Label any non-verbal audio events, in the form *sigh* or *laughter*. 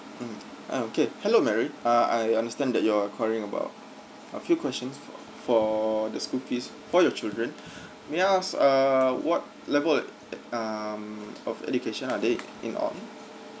mm uh okay hello marry uh I understand that you're enquiring about a few questions for for the school fees for your children *breath* may I ask err what level uh um of education are they in on